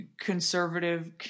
conservative